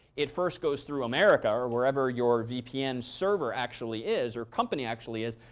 it first goes through america or wherever your vpn server actually is or company actually is.